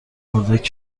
اردک